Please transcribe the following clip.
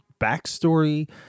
backstory